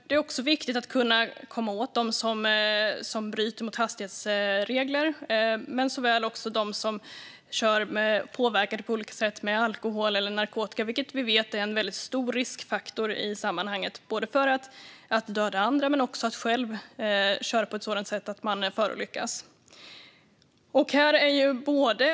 Det är också viktigt att komma åt dem som bryter mot hastighetsreglerna men också dem som kör påverkade av alkohol eller narkotika, vilket vi vet är en stor riskfaktor i sammanhanget när det gäller både att döda andra och att själv förolyckas genom sitt sätt att köra.